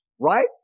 right